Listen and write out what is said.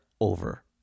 over